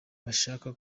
bashaka